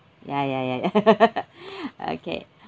ya ya ya ya okay